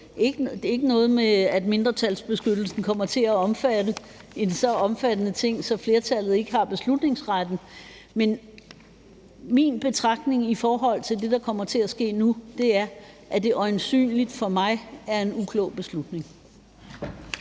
det er ikke noget med, at mindretalsbeskyttelsen kommer til at omfatte en så omfattende ting, så flertallet ikke har beslutningsretten. Men min betragtning i forhold til det, der nu kommer til at ske, er, at det øjensynlig er en uklog beslutning.